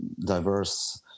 diverse